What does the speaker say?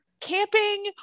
camping